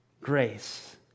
grace